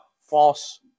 false